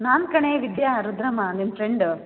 ನಾನು ಕಣೇ ವಿದ್ಯಾ ರುದ್ರಮ್ಮ ನಿನ್ನ ಫ್ರೆಂಡ